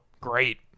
great